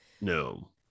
No